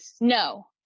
no